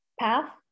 path